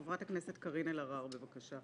חברת הכנסת קארין אלהרר, בבקשה.